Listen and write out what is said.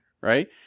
Right